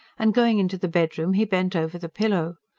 and going into the bedroom he bent over the pillow.